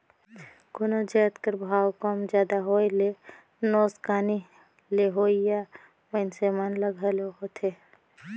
कोनो जाएत कर भाव कम जादा होए ले नोसकानी लेहोइया मइनसे मन ल घलो होएथे